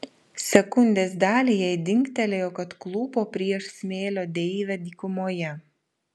sekundės dalį jai dingtelėjo kad klūpo prieš smėlio deivę dykumoje